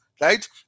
Right